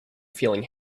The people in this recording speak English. feeling